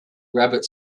rabbit